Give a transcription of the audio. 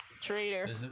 Traitor